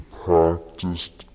practiced